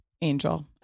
Angel